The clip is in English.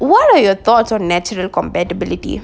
what are your thoughts on natural compatibility